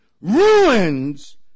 ruins